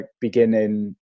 beginning